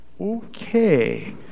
okay